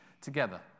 together